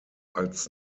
als